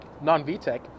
non-VTEC